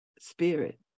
Spirit